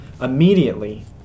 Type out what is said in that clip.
immediately